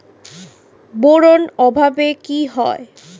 Boron অভাবে কি হয়?